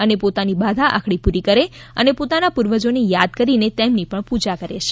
અને પોતાની બાધા આખડી પૂરી કરે છે અને પોતાના પૂર્વજોને યાદ કરીને તેમની પણ પૂજા કરે છે